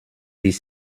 dix